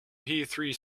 three